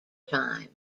time